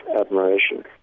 admiration